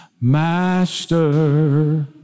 Master